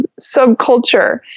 subculture